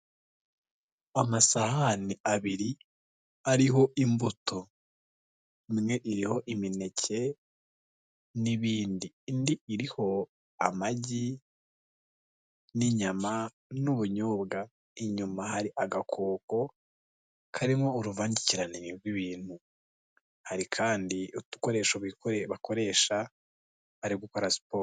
Amasahani abiri ariho imbuto, imwe iriho imineke n'ibindi, indi iriho amagi n'inyama n'ubunyobwa, inyuma hari agakoko karimo uruvangikirane rw'ibintu, hari kandi udukoresho bakoresha bari gukora siporo.